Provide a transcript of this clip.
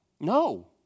No